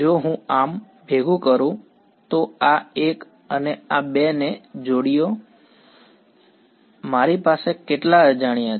જો હું આમ ભેગું કરું તો આ 1 અને આ 2 ને જોડીએ મારી પાસે કેટલા અજાણ્યા છે